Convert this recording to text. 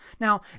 Now